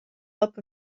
help